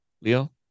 Leo